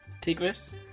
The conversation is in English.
Tigress